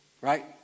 right